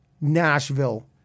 Nashville